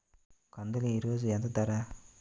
కందులు ఈరోజు ఎంత ధర?